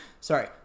Sorry